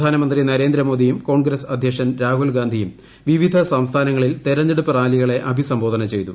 പ്രധാനമന്ത്രി നരേന്ദ്രമോദിയും കോൺഗ്രസ് അദ്ധ്യക്ഷൻ രാഹുൽഗാന്ധിയും വിവിധ സംസ്ഥാനങ്ങളിൽ തെരഞ്ഞെടുപ്പ് റാലികളെ അഭിസംബോധന ചെയ്തു